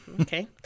okay